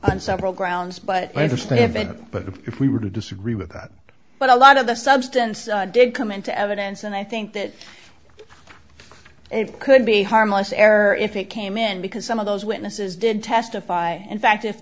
on several grounds but i understand that but if we were to disagree with that but a lot of the substance did come into evidence and i think that it could be a harmless error if it came in because some of those witnesses did testify in fact if